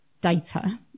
data